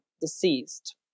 deceased